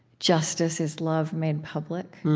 justice is love made public,